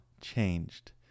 changed